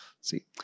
see